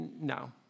No